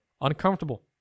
uncomfortable